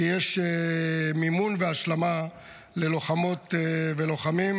שיש מימון והשלמה ללוחמות ולוחמים,